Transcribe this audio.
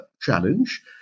challenge